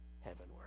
heavenward